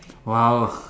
!wow!